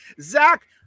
zach